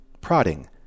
prodding